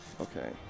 Okay